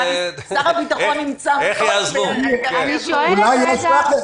אני שואלת.